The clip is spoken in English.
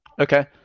Okay